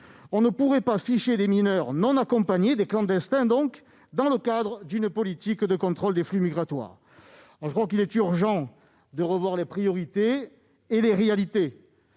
on ne pourrait pas ficher des mineurs non accompagnés, c'est-à-dire des clandestins, dans le cadre d'une politique de contrôle des flux migratoires. Il me semble urgent de revoir les priorités et les réalités.